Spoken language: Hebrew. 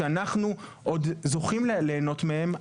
שאנחנו עוד זוכים ליהנות מהם,